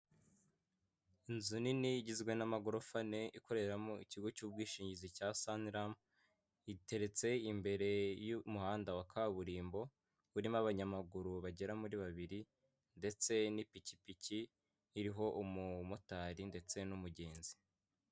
Inzu nini igizwe n'amagorofa ane ikoreramo ikigo cy'ubwishingizi cya sunilamu iteretse imbere y'umuhanda wa kaburimbo urimo abanyamaguru bagera muri babiri ndetse n'ipikipiki iriho umumotari ndetse n'umugenzi.